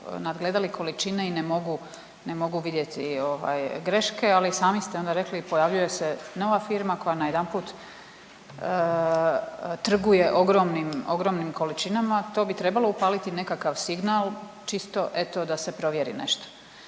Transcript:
nadgledati količine i ne mogu vidjeti greške, ali sami ste onda rekli i pojavljuje se nova firma koja najedanput trguje ogromnim količinama. To bi trebalo upaliti nekakav signal čisto eto da se provjeri nešto.